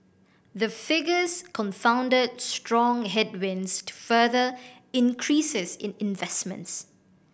the figures confounded strong headwinds to further increases in investment